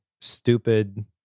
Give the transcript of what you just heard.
stupid